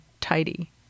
tidy